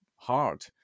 hard